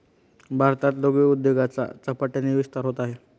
भारतात लघु उद्योगाचा झपाट्याने विस्तार होत आहे